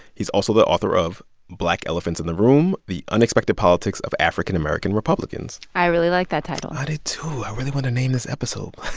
he's also the author of black elephants in the room the unexpected politics of african american republicans. i really like that title i did, too. i really want to name this episode.